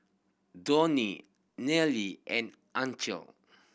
Donie Nealy and Ancel